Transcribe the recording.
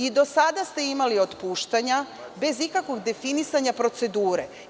I do sada ste imali otpuštanja, bez ikakvog definisanja procedure.